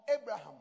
Abraham